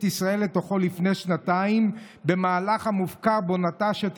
ישראל לתוכו לפני שנתיים במהלך המופקר בו נטש את